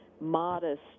modest